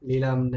Lilam